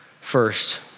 First